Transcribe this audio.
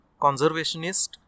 conservationist